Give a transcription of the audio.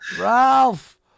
Ralph